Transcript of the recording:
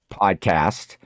podcast